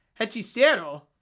Hechicero